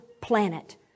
planet